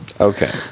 Okay